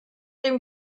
dem